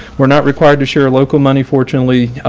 we're not required to share local money, fortunately,